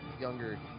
younger